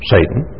Satan